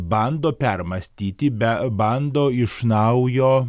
bando permąstyti be bando iš naujo